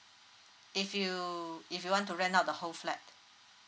if you if you want to rent out the whole flat